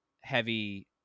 heavy